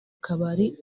kabari